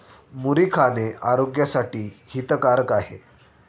मुरी खाणे आरोग्यासाठी हितकारक आहे